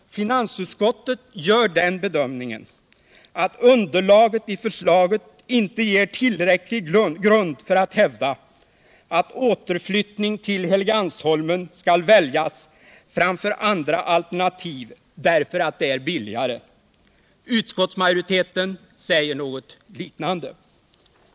Finansutskottet gör den bedömningen att underlaget i förslaget inte ger tillräcklig grund för att hävda att återflyttning till Helgeandsholmen skall väljas framför andra alternativ därför att det blir billigare. Konstitutionsutskottets majoritet säger något liknande.